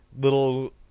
little